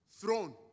throne